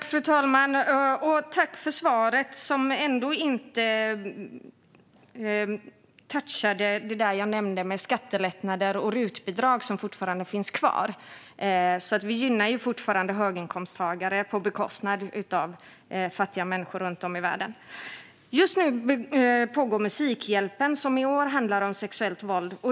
Fru talman! Jag tackar för svaret, som ändå inte touchade det jag nämnde när det gäller skattelättnader och RUT-bidrag, som fortfarande finns kvar. Vi gynnar alltså fortfarande höginkomsttagare på bekostnad av fattiga människor runt om i världen. Just nu pågår Musikhjälpen , som i år handlar om sexuellt våld.